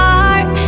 heart